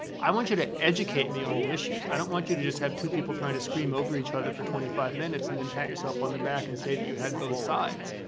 i want you to educate me on the issues, i don't want you to just have two people trying to scream over each other for twenty five minutes and then pat yourself on the back and say that you had both sides.